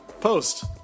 post